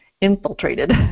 infiltrated